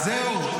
אז זהו,